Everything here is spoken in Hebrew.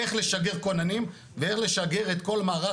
איך לשגר כוננים ואיך לשגר את כל מערך